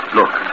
look